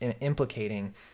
implicating